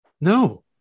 no